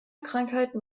krankheiten